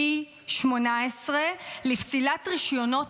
פי 18 לפסילת רישיונות